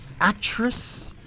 Actress